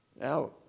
Now